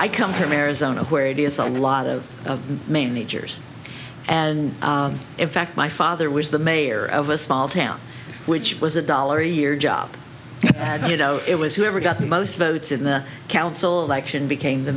i come from arizona where it is on a lot of main natures and in fact my father was the mayor of a small town which was a dollar a year job and you know it was he ever got the most votes in the council election became the